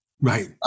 Right